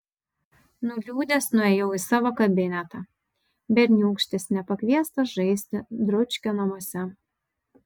nuliūdęs nuėjau į savo kabinetą berniūkštis nepakviestas žaisti dručkio namuose